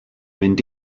mynd